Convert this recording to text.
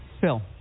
Phil